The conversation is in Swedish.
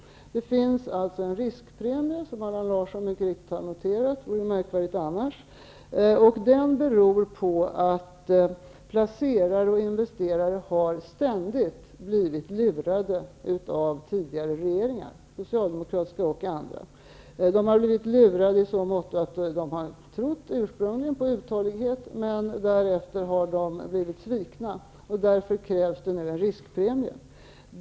Det finns alltså en riskpremie, som Allan Larsson mycket riktigt har noterat, och det vore märkvärdigt annars, och den beror på att placerare och investerare ständigt har blivit lurade av tidigare regeringar, socialdemokratiska och andra. De har blivit lurade i så måtto att de ursprungligen har trott på uthållighet, men därefter har de blivit svikna. Därför krävs det nu en riskpremie.